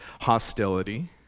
hostility